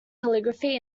calligraphy